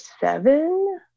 seven